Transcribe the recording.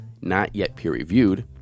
not-yet-peer-reviewed